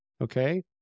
Okay